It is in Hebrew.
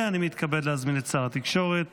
אני מתכבד להזמין את שר התקשורת